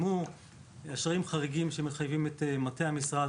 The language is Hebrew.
אשראים חריגים שמחייבים את מטה המשרד,